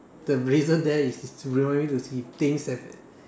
the reason there is to remind me to see things have